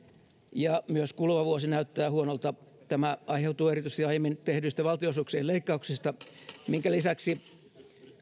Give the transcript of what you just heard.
ja myös kuluva vuosi näyttää huonolta tämä aiheutuu erityisesti aiemmin tehdyistä valtionosuuksien leikkauksista minkä lisäksi